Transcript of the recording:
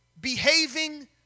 behaving